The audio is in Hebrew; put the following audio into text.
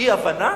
אי-הבנה?